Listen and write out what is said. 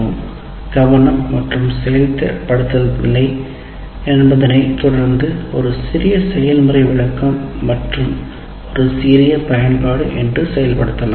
'கவனம் மற்றும் செயல்படுத்தல்' நிலை என்பதனை தொடர்ந்து ஒரு சிறிய செய்முறை விளக்கம் மற்றும் ஒரு சிறிய பயன்பாடு என்று செயல்படுத்தலாம்